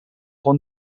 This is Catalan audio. font